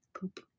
poop